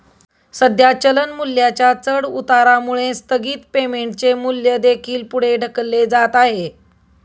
सध्या चलन मूल्याच्या चढउतारामुळे स्थगित पेमेंटचे मूल्य देखील पुढे ढकलले जात आहे